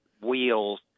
wheels